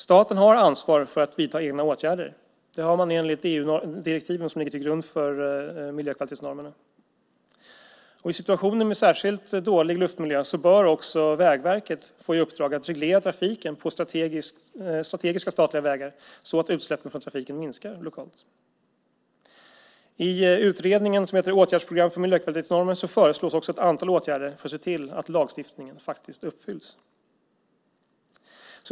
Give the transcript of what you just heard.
Staten har ansvar för att vidta egna åtgärder. Det har man enligt EU-direktiven som ligger till grund för miljökvalitetsnormerna. I situationer med särskilt dålig luftmiljö bör även Vägverket få i uppdrag att reglera trafiken på strategiska statliga vägar så att utsläppen från trafiken minskar lokalt. I utredningen Åtgärdsprogram för miljökvalitetsnormer föreslås ett antal åtgärder för att se till att lagstiftningen uppfylls.